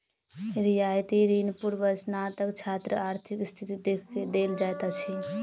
रियायती ऋण पूर्वस्नातक छात्र के आर्थिक स्थिति देख के देल जाइत अछि